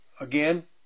Again